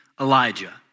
Elijah